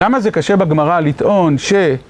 למה זה קשה בגמרא לטעון ש...